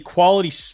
Quality